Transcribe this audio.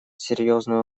серьезную